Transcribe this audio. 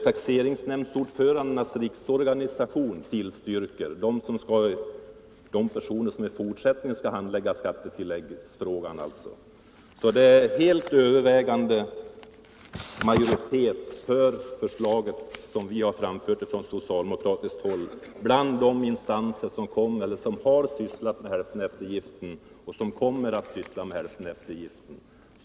Taxeringsnämndsordförandenas riksförbund tillstyrker också —- den omfattas ju av de personer som i fortsättningen skall handlägga skattetillläggsfrågorna. En helt övervägande majoritet av de instanser som sysslat med hälfteneftergiften och som kommer att göra det har således tillstyrkt det socialdemokratiska förslaget.